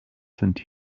sind